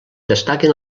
destaquen